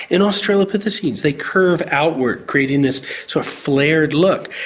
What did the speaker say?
in australopithecines they curve outward creating this so flared look.